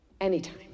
anytime